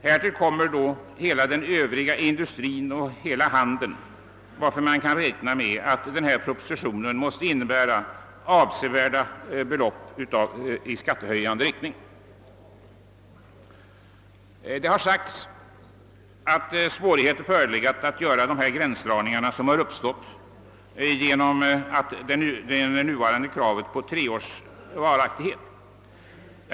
Härtill kommer hela den övriga industrin och hela handeln, varför man kan räkna med att propositionens förslag kommer att medföra avsevärda skattehöjningar. Det har sagts att svårighet förelegat att göra rättvisa gränsdragningar till följd av det nuvarande kravet på tre års varaktighet.